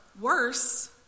worse